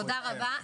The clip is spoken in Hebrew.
תודה רבה.